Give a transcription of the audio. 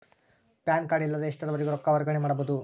PAN card ಇಲ್ಲದ ಎಷ್ಟರವರೆಗೂ ರೊಕ್ಕ ವರ್ಗಾವಣೆ ಮಾಡಬಹುದು?